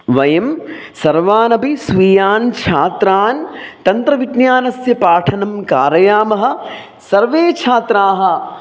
वयं सर्वान् अपि स्वीयान् छात्रान् तन्त्रविज्ञानस्य पाठनं कारयामः सर्वे छात्राः